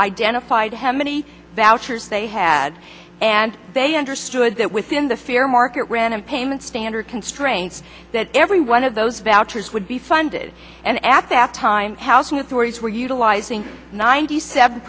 identified how many years they had and they understood that within the sphere market random payment standard constraints that every one of those vouchers would be funded and at that time housing authorities were utilizing ninety seven